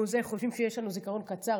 חושבים שיש לנו זיכרון קצר.